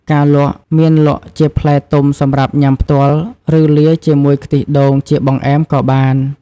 ការលក់ មានលក់ជាផ្លែទុំសម្រាប់ញ៉ាំផ្ទាល់ ឬលាយជាមួយខ្ទិះដូងជាបង្អែមក៏បាន។